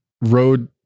road